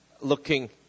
looking